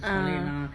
ah